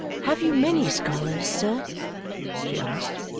have you many scholars, sir she asked.